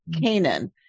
Canaan